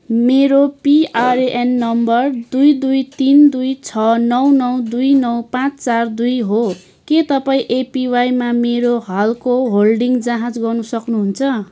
मेरो PRAN number दुई दुई तिन दुई छ नौ नौ दुई नौ पाँच चार दुई हो के तपाईँँ एपिवाईमा मेरो हालको होल्डिङ जाँच गर्न सक्नुहुन्छ